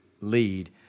lead